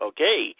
Okay